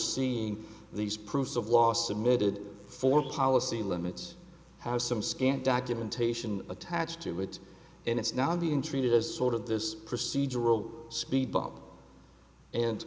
seeing these proofs of last submitted for policy limits has some scant documentation attached to it and it's now being treated as sort of this procedural speed bump and